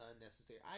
unnecessary